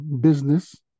business